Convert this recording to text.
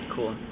Cool